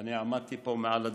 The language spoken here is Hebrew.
ואני עמדתי פה מעל הדוכן.